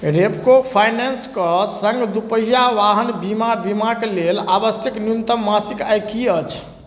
रेपको फाइनान्सके सङ्ग दुपहिआ वाहन बीमा बीमाके लेल आवश्यक न्यूनतम मासिक आय कि अछि